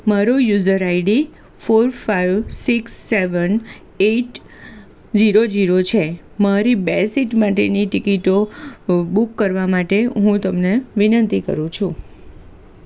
મારું user ID four five six seven eight zero zero છે મારી બે સીટ માટેની ટિકિટો બૂક કરવા માટે હું તમને વિનંતી કરું છું